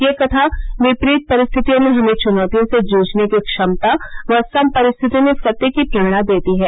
यह कथा विपरीत परिस्थितियों में हमें चुनौतियों से जूझने की क्षमता व सम परिस्थितियों में सत्य की प्रेरणा देती है